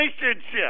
relationship